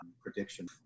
prediction